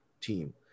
team